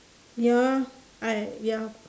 ya I ya